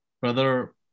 brother